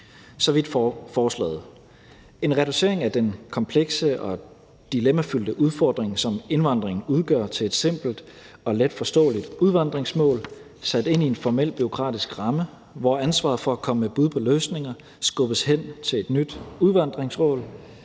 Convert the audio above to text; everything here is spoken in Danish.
Så vidt forslaget, som er en reducering af den komplekse og dilemmafyldte udfordring, som indvandring udgør, til et simpelt og letforståeligt udvandringsmål sat ind i en formel bureaukratisk ramme, hvor ansvaret for at komme med bud på løsninger skubbes hen til et nyt udvandringsråd,